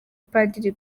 padiri